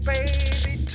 Baby